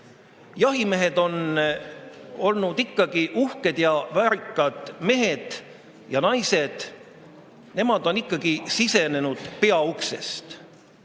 Jahimehed on olnud ikkagi uhked ja väärikad mehed ja naised. Nemad on ikkagi sisenenud peauksest.